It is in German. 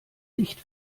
nicht